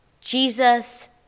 Jesus